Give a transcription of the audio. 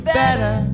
better